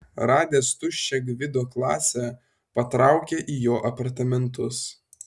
radęs tuščią gvido klasę patraukė į jo apartamentus